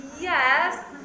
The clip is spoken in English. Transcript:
Yes